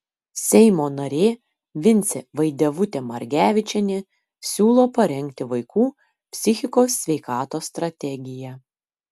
seimo narė vincė vaidevutė margevičienė siūlo parengti vaikų psichikos sveikatos strategiją